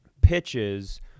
pitches